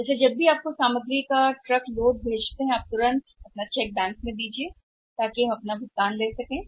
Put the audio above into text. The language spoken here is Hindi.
इसलिए जब हम आपको सामग्री का ट्रक लोड भेजते हैं तो आप तुरंत अपने चेक का प्रतिनिधित्व करेंगे बैंक और हम अपना भुगतान एकत्र करते हैं